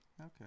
Okay